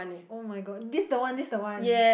[oh]-my-god this the one this the one